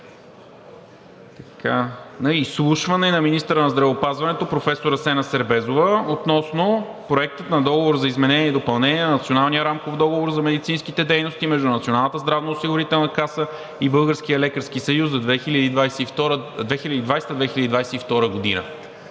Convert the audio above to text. на изслушване на министъра на здравеопазването професор Асена Сербезова относно Проект на договор за изменение и допълнение на Националния рамков договор за медицинските дейности между Националната здравноосигурителна каса и Българския лекарски съюз за 2020 – 2022 г.